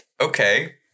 Okay